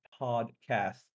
podcast